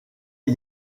est